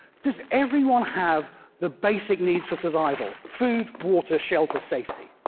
does everyone have the basic needs for survival food, water, shelter, safety?